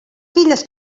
filles